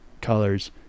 colors